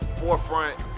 forefront